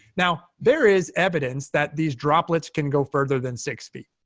now, there is evidence that these droplets can go further than six feet.